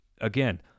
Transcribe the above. again